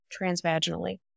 transvaginally